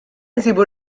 insibu